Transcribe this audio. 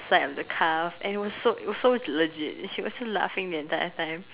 inside the calve it was so legit she was laughing the entire time